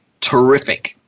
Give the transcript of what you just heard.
terrific